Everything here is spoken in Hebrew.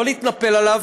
לא להתנפל עליו,